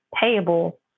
payable